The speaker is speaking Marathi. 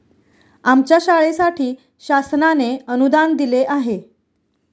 आमच्या शाळेसाठी शासनाने अनुदान दिले आहे